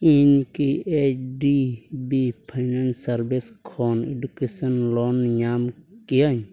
ᱤᱧᱠᱤ H D B finance services ᱠᱷᱚᱱ education loan ᱧᱟᱢ ᱠᱤᱭᱟᱹᱧ